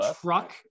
truck